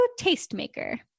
tastemaker